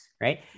right